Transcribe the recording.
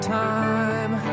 time